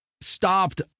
stopped